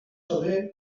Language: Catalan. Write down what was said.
saber